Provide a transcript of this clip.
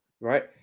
right